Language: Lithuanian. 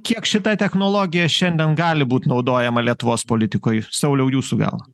kiek šita technologija šiandien gali būt naudojama lietuvos politikoj sauliau jūsų gal